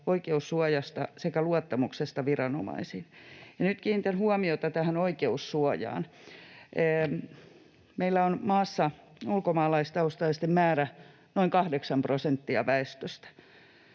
oikeussuojasta sekä luottamuksesta viranomaisiin.” Nyt kiinnitän huomiota tähän oikeussuojaan. Meillä on maassa ulkomaalaistaustaisten määrä noin 8 prosenttia